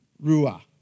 rua